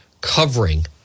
covering